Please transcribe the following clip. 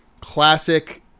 classic